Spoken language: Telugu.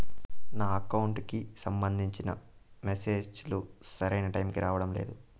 నా అకౌంట్ కి సంబంధించిన మెసేజ్ లు సరైన టైముకి రావడం లేదు